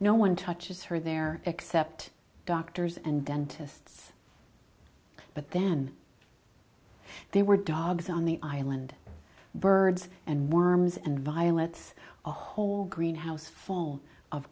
no one touches her there except doctors and dentists but then they were dogs on the island birds and worms and violets a whole greenhouse full of